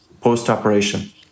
post-operation